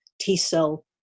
T-cell